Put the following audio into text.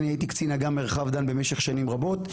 אני הייתי קצין אג"מ מרחב דן במשך שנים רבות.